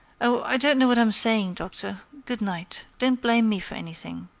oh! i don't know what i'm saying, doctor. good night. don't blame me for anything.